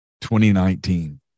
2019